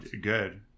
Good